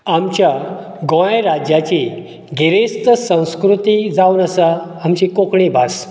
आमच्या गोंय राज्याची गिरेस्त संस्कृती जावन आसा आमची कोंकणी भास